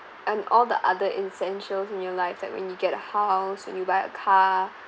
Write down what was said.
and all the other essentials in your life that when you get a house when you buy a car